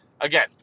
again